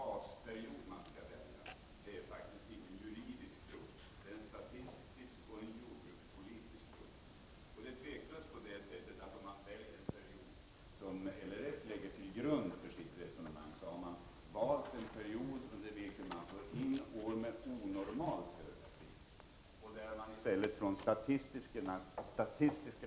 Omregionaltraörks Fru talman! Jag vill säga till Lennart Brunander att frågan om vilken = ”2dsanpassad påbyggbasperiod man skall välja är faktiskt ingen juridisk fråga. Det är en statistisk nadsutbildning Byn och en jordbrukspolitisk fråga. Det är tveklöst på det sättet att om man väljer Maseskolat den period som LRF lägger till grund för sitt resonemang, har man valt en period under vilken man får in år med onormalt höga priser.